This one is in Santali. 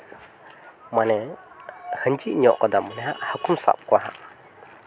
ᱢᱟᱱᱮ ᱟᱸᱡᱮᱫ ᱧᱚᱜ ᱟᱠᱟᱫᱟᱢ ᱚᱰᱮ ᱦᱟᱸᱜ ᱦᱟᱹᱠᱩᱢ ᱥᱟᱵ ᱠᱚᱣᱟ ᱦᱟᱸᱜ